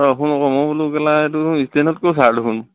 অঁ চোন আকৌ মই বোলো এইটো চোন ষ্টেণ্ডতকৈ চাৰ দেখোন